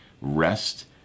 rest